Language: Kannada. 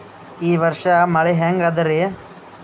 ಈ ವರ್ಷ ಮಳಿ ಹೆಂಗ ಅದಾರಿ?